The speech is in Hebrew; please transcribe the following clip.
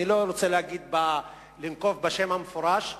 אני לא רוצה לנקוב בשם המפורש,